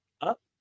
up